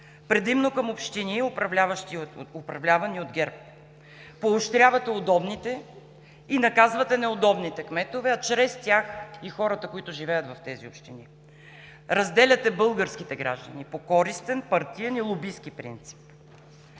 предимно към общини, управлявани от ГЕРБ. Поощрявате удобните и наказвате неудобните кметове, а чрез тях и хората, които живеят в тези общини. Разделяте българските граждани по користен, партиен и лобистки принцип.